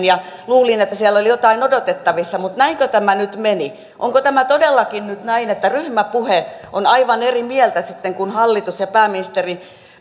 ja luulin että siellä oli jotain odotettavissa mutta näinkö tämä nyt meni onko tämä todellakin nyt näin että ryhmäpuheessa ollaan aivan eri mieltä näistä asioista kuin hallitus ja